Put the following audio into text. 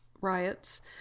riots